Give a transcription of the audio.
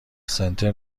سنتر